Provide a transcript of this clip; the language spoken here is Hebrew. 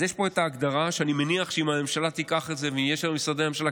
אז יש פה הגדרה שאני מניח שאם הממשלה תיקח את זה ויהיו שם משרדי ממשלה,